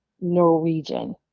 Norwegian